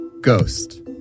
Ghost